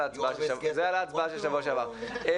זה על ההצבעה של שבוע שעבר.